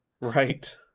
right